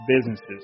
businesses